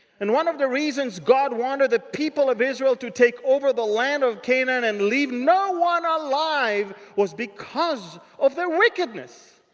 and one of the reasons god wanted the people of israel to take over the land of canaan. and leave no one alive was because of their wickedness.